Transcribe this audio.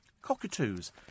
Cockatoos